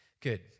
Good